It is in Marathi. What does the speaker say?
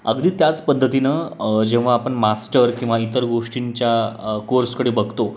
अगदी त्याच पद्धतीनं जेव्हा आपण मास्टर किंवा इतर गोष्टींच्या कोर्सकडे बघतो